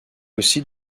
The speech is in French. aussi